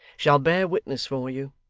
shall bear witness for you.